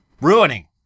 Ruining